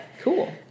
Cool